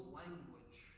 language